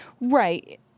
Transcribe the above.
Right